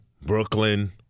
Brooklyn